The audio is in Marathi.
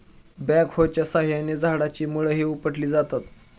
बॅकहोच्या साहाय्याने झाडाची मुळंही उपटली जातात